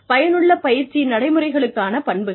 பயனுள்ள பயிற்சி நடைமுறைகளுக்கான பண்புகள்